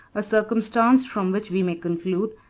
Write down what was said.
a circumstance from which we may conclude,